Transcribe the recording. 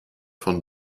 von